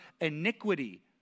iniquity